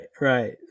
Right